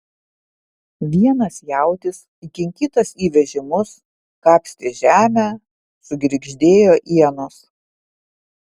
vienas jautis įkinkytas į vežimus kapstė žemę sugirgždėjo ienos